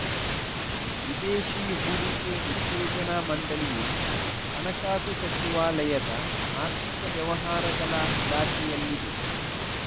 ವಿದೇಶಿ ಹೂಡಿಕೆ ಉತ್ತೇಜನಾ ಮಂಡಳಿಯು ಹಣಕಾಸು ಸಚಿವಾಲಯದ ಆರ್ಥಿಕ ವ್ಯವಹಾರಗಳ ಇಲಾಖೆಯಲ್ಲಿದೆ